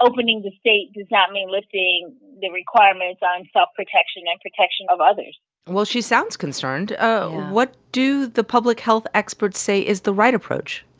opening the state does not mean lifting the requirements on self-protection and protection of others well, she sounds concerned yeah what do the public health experts say is the right approach?